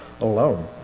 alone